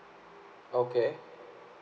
okay